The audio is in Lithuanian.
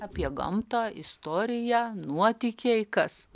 apie gamtą istoriją nuotykiai kas